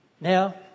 Now